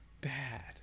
bad